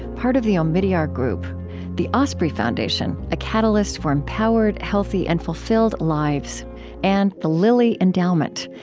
part of the omidyar group the osprey foundation a catalyst for empowered, healthy, and fulfilled lives and the lilly endowment,